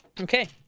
Okay